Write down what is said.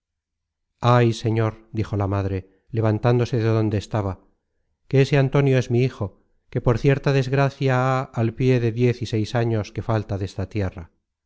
ay señor dijo la madre levantándose de donde estaba que ese antonio es mi hijo que por cierta desgracia há al pié de diez y seis años que falta desta tierra